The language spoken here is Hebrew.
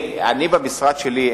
אני אמרתי בתחילת דברי: המשרד שלי,